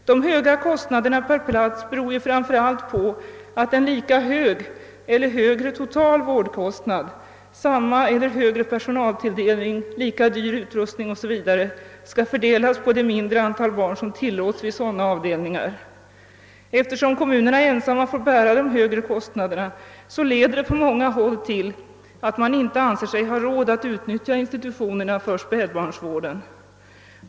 De höga kostnaderna per plats beror ju framför allt på att en lika hög eller högre total vårdkostnad, d.v.s. samma eller högre personaltilldelning, lika dyr utrustning etc., skall fördelas på det mindre antal barn som tillåts vid sådana avdelningar. Eftersom kommunerna ensamma får bära de högre kostnaderna, leder det på många håll till att man inte anser sig ha råd att utnyttja institutionerna för spädbarnsvård.